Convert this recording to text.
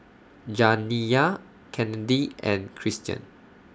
Janiyah Kennedi and Cristian